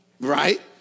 Right